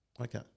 Okay